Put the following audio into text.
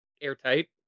airtight